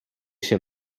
się